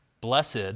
blessed